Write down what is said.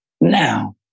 Now